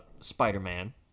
Spider-Man